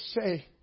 say